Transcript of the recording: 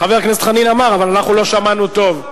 חבר הכנסת חנין אמר, אבל אנחנו לא שמענו טוב.